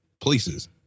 places